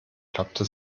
klappte